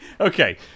Okay